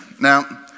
Now